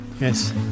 Yes